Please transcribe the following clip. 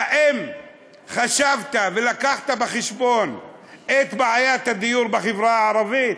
האם חשבת והבאת בחשבון את בעיית הדיור בחברה הערבית?